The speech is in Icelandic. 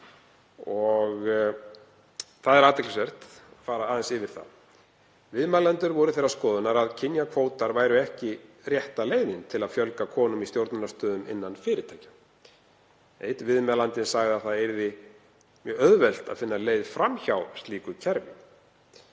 Það er athyglisvert að fara aðeins yfir það. Viðmælendur voru þeirrar skoðunar að kynjakvótar væru ekki rétta leiðin til að fjölga konum í stjórnunarstöðum innan fyrirtækja. Einn viðmælandi sagði að það yrði mjög auðvelt að finna leið fram hjá slíku kerfi.